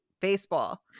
baseball